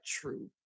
true